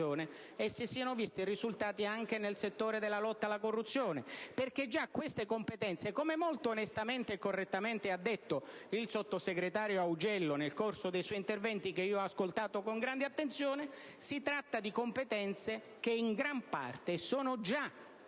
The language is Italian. e si siano visti risultati anche nel settore della lotta alla corruzione, perché queste competenze (come molto onestamente e correttamente ha detto il sottosegretario Augello nel corso dei suoi interventi, che ho ascoltato con grande attenzione), sono state già in gran parte attribuite